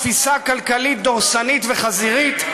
תפיסה כלכלית דורסנית וחזירית,